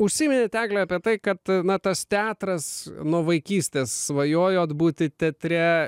užsiminėt egle apie tai kad na tas teatras nuo vaikystės svajojot būti teatre